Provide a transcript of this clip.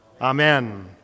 Amen